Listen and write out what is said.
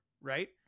right